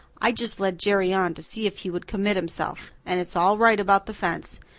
i just led jerry on to see if he would commit himself. and it's all right about the fence.